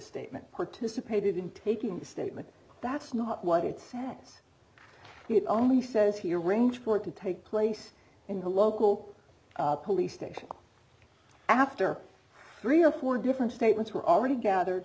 statement participated in taking the statement that's not what it sounds it only says he arranged for it to take place in the local police station after three or four different statements were already gathered